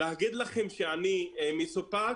להגיד לכם שאני מסופק?